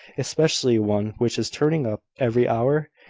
especially one which is turning up every hour?